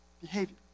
behavior